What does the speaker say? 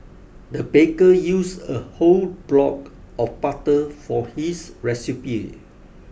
the baker used a whole block of butter for his recipe